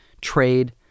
trade